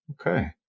Okay